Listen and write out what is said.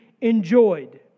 enjoyed